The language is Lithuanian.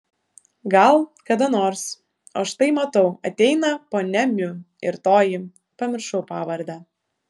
gal kada nors o štai matau ateina ponia miu ir toji pamiršau pavardę